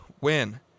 win